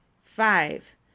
Five